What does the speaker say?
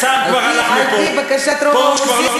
שר כבר הלך מפה, על-פי בקשת רוב האופוזיציה?